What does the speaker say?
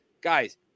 guys